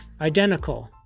Identical